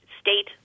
state